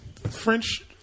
French